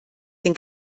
den